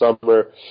summer